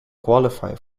qualify